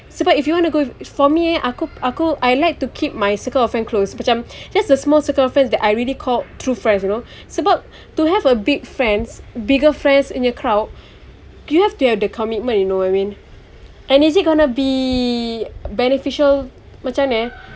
sebab if you want to go for me eh aku aku I like to keep my circle of friends close macam just a small circle of friends that I really call true friends you know sebab to have a big friends bigger friends in the crowd do you have to have the commitment you know what I mean and is it gonna be beneficial macam mana eh